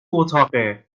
اتاقه